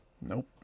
Nope